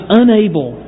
unable